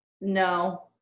No